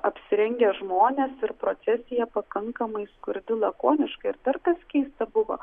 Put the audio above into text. apsirengę žmonės ir procesija pakankamai skurdi lakoniška ir dar kas keista buvo